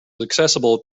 accessible